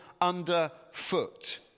underfoot